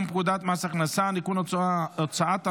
פקודת מס הכנסה (ניכוי הוצאות הנפקה),